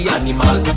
animal